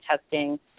testing